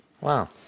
Wow